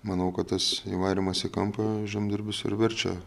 manau kad tas įvarymas į kampą žemdirbius ir verčia